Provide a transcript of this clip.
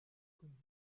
squint